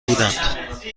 بودند